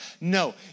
no